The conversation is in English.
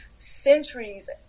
Centuries